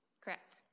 Correct